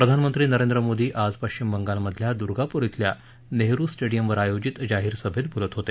प्रधानमंत्री नरेंद्र मोदी आज पश्चिम बंगालमधल्या दुर्गापूर खेल्या नेहरु स्टेडियमवर आयोजित जाहीर सभेत बोलत होते